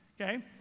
Okay